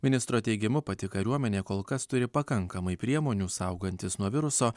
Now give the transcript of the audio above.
ministro teigimu pati kariuomenė kol kas turi pakankamai priemonių saugantis nuo viruso